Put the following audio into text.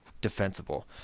defensible